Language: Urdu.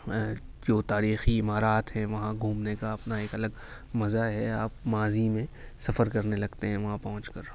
جو تاریخی عمارات ہیں وہاں گھومنے کا اپنا ایک الگ مزہ ہے آپ ماضی میں سفر کرنے لگتے ہیں وہاں پہنچ کر